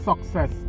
success